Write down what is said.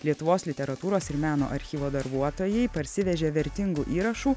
lietuvos literatūros ir meno archyvo darbuotojai parsivežė vertingų įrašų